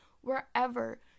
wherever